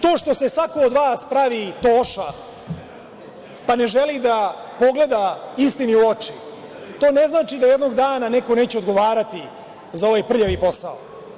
To što se svako od vas pravi „Toša“, pa ne želi da pogleda istini u oči, to ne znači da jednog dana neko neće odgovarati za ovaj prljavi posao.